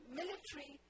military